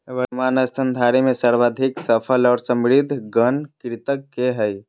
वर्तमान स्तनधारी में सर्वाधिक सफल और समृद्ध गण कृंतक के हइ